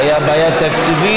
הייתה בעיה תקציבית,